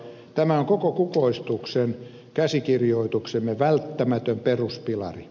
tämä on koko kukoistuksen käsikirjoituksemme välttämätön peruspilari